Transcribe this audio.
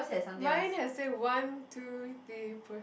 mine has say one two three push